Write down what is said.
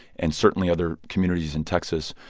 and certainly other communities in texas.